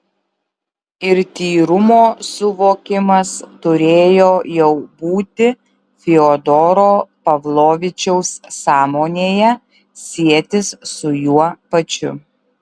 ir tyrumo suvokimas turėjo jau būti fiodoro pavlovičiaus sąmonėje sietis su juo pačiu